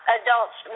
adults